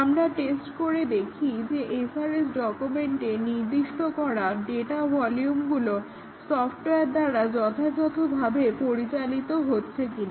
আমরা টেস্ট করে দেখি যে SRS ডকুমেন্টে নির্দিষ্ট করা ডাটা ভলিউমগুলো সফটওয়্যার দ্বারা যথাযথভাবে পরিচালিত হচ্ছে কিনা